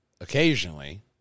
occasionally